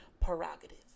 prerogative